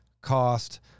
cost